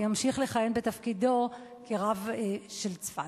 ימשיך לכהן בתפקידו כרב של צפת.